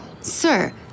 Sir